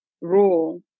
rule